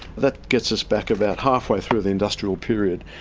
that gets us back about halfway through the industrial period.